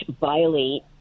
violate